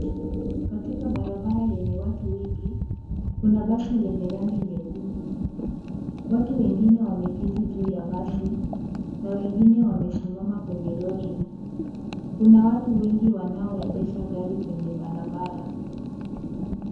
Katika barabara yenye watu wengi, kuna basi lenye rangi nyekundu. Watu wengine wameketi juu ya basi na wengine wamesimama kwenye lori. Kuna watu wengi wanaoendesha gari kwenye barabara.